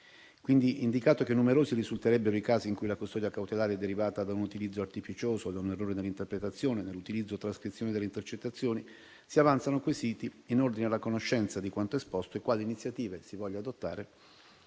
Quindi, indicato che numerosi risulterebbero i casi in cui la custodia cautelare è derivata da un utilizzo artificioso e da un errore nell'interpretazione e nell'utilizzo delle trascrizione delle intercettazioni, si avanzano quesiti in ordine alla conoscenza di quanto esposto e quali iniziative si vogliano adottare